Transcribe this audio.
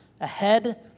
ahead